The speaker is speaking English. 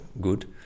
good